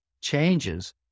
changes